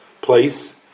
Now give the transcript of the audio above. place